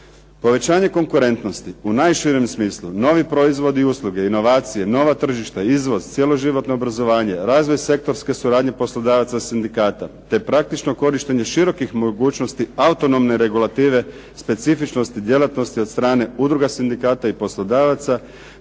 Povećanje konkurentnosti u najširem smislu, novi proizvodi i usluge inovacije, nova tržišta, izvoz, cIjelo životno obrazovanje, razvoj sektorske suradnje poslodavaca i sindikata, te praktično korištenje širokih mogućnosti autonomne regulative specifičnosti, djelatnosti od strane udruga sindikata i poslodavaca,